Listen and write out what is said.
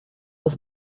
was